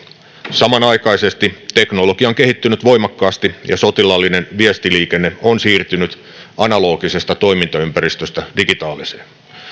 samanaikaisesti teknologia on kehittynyt voimakkaasti ja sotilaallinen viestiliikenne on siirtynyt analogisesta toimintaympäristöstä digitaaliseen